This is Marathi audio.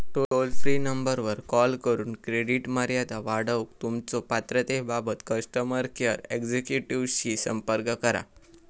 टोल फ्री नंबरवर कॉल करून क्रेडिट मर्यादा वाढवूक तुमच्यो पात्रतेबाबत कस्टमर केअर एक्झिक्युटिव्हशी संपर्क करा